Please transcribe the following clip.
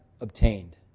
obtained